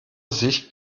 sicht